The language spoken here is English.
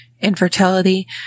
infertility